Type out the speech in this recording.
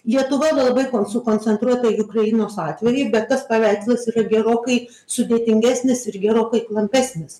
lietuva yra labai sukoncentruota į ukrainos atvejį bet tas paveikslas yra gerokai sudėtingesnis ir gerokai klampesnis